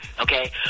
Okay